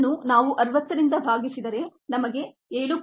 ಇದನ್ನು ನಾವು 60 ರಿಂದ ಭಾಗಿಸಿದರೆ ನಮಗೆ 7